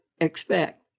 expect